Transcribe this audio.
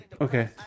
Okay